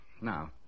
Now